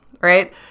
right